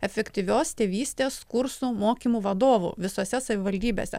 efektyvios tėvystės kursų mokymų vadovų visose savivaldybėse